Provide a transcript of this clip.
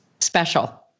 Special